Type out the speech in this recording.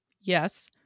Yes